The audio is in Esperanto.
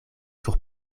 sur